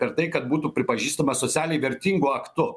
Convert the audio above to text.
per tai kad būtų pripažįstama socialiai vertingu aktu